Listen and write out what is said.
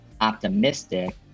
optimistic